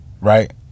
Right